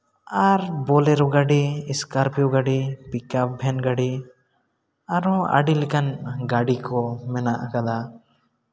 ᱟᱨ ᱵᱳᱞᱮᱨᱳ ᱜᱟᱹᱰᱤ ᱥᱠᱳᱨᱯᱤᱭᱩ ᱜᱟᱹᱰᱤ ᱯᱤᱠᱟᱯ ᱵᱷᱮᱱ ᱜᱟᱹᱰᱤ ᱟᱨᱦᱚᱸ ᱟᱹᱰᱤ ᱞᱮᱠᱟᱱ ᱜᱟᱹᱰᱤ ᱠᱚ ᱢᱮᱱᱟᱜ ᱟᱠᱟᱫᱟ